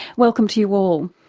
welcome to you all.